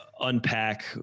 unpack